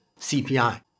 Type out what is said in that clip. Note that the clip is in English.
CPI